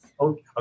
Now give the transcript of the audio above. Okay